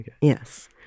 yes